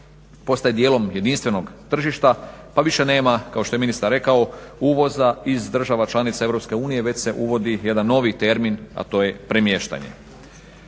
postaje dijelom jedinstvenog tržišta pa više nema kao što je ministar rekao uvoza iz država članica Europske unije već se uvodi jedan novi termin a to je premještanje.